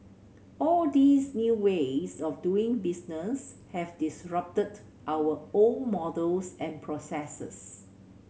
all these new ways of doing business have disrupted our old models and processes